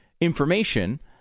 Information